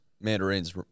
mandarins